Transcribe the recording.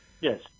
Yes